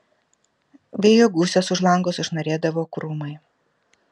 vėjo gūsiuos už lango sušnarėdavo krūmai